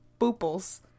Booples